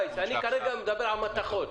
כרגע מדבר על מתכות,